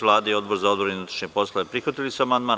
Vlada i Odbor za odbranu i unutrašnje poslove prihvatili su amandman.